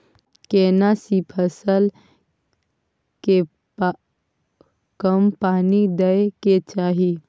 केना सी फसल के कम पानी दैय के चाही?